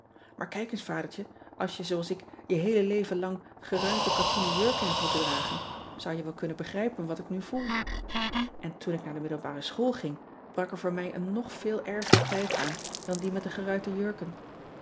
aar kijk eens adertje als je zooals ik je heele leven lang geruite katoenen jurken hebt moeten dragen zou je wel kunnen begrijpen wat ik nu voel n toen ik naar de middelbare school ging brak er voor mij een nog veel erger tijd aan dan die met de geruite jurken